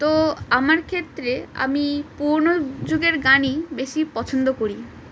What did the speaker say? তো আমার ক্ষেত্রে আমি পুরোনো যুগের গানই বেশি পছন্দ করি